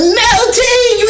melting